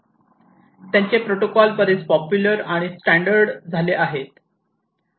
त्यांचे प्रोटोकॉल बरेच पॉप्युलर आणि स्टॅंडर्ड झाले आहेत